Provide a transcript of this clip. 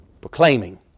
Proclaiming